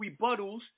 rebuttals